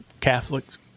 Catholics